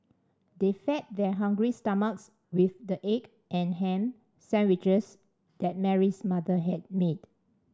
they fed their hungry stomachs with the egg and ham sandwiches that Mary's mother had made